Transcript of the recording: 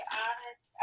honest